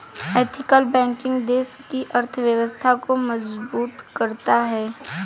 ethical banking देश की अर्थव्यवस्था को मजबूत करता है